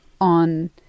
on